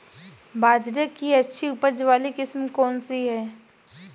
बाजरे की अच्छी उपज वाली किस्म कौनसी है?